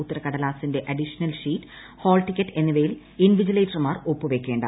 ഉത്തരക്കടലാസിന്റെ additional sheet hall ticket എന്നിവയിൽ ഇൻവിജിലേറ്റർമാർ ഒപ്പുവയ് ക്കേണ്ട